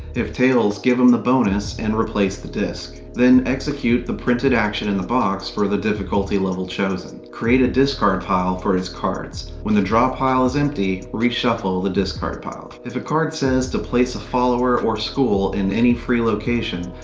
if tails, give him the bonus and replace the disc. then execute the printed action in the box for the difficulty level chosen. create a discard pile for his cards. when the draw pile is empty, reshuffle the discard pile. if a card says to place a follower or school in any free location,